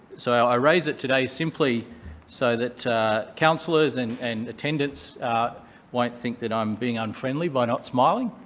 so i raise it today simply so that councillors and and attendants won't think that i'm being unfriendly by not smiling.